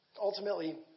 ultimately